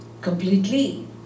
completely